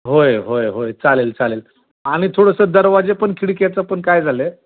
होय होय होय चालेल चालेल आणि थोडंसं दरवाजेपण खिडक्याचं पण काय झालं आहे